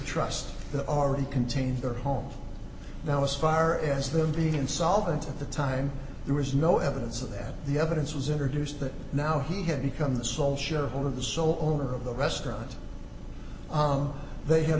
trust that already contains their home now as far as them being insolvent at the time there was no evidence of that the evidence was introduced that now he had become the sole shareholder of the sole owner of the restaurant they had